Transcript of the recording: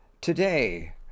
Today